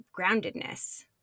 groundedness